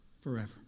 forever